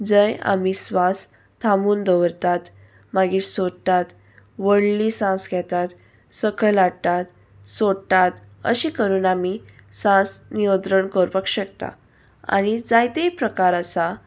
जंय आमी स्वास थांबून दवरतात मागीर सोडटात व्हडली सांस घेतात सकयल हाडटात सोडटात अशें करून आमी सांस नियोद्रण करपाक शकता आनी जायते प्रकार आसा